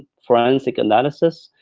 forensic analysis,